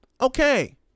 Okay